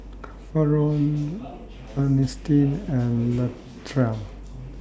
Faron Earnestine and Latrell